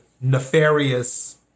nefarious